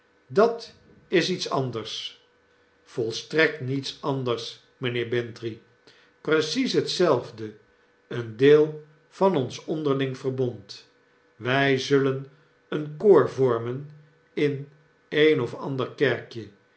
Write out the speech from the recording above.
dat is iets anders volstrekt niets anders mynheer bintrey precies hetzelfde een deel van ons onderling verbond wy zullen een koor vormen in een of ander kerkje